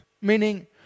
Meaning